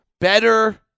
better